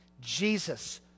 Jesus